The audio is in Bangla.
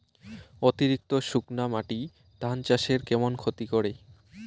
অতিরিক্ত শুকনা মাটি ধান চাষের কেমন ক্ষতি করে?